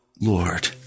Lord